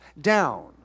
down